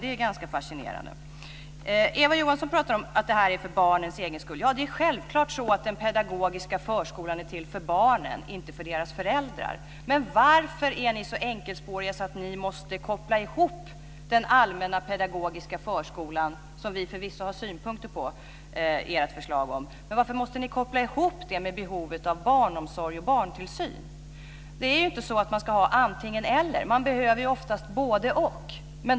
Det är ganska fascinerande. Eva Johansson talar om att det är för barnens egen skull. Det är självklart så att den pedagogiska förskolan är till för barnen och inte för deras föräldrar. Men varför är ni så enkelspåriga att ni måste koppla ihop den allmänna pedagogiska förskolan, som vi förvisso har synpunkter på, med behovet av barnomsorg och barntillsyn? Det är inte så att man ska ha antingen eller. Man behöver oftast både-och.